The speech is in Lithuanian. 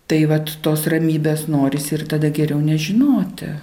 tai vat tos ramybės norisi ir tada geriau nežinoti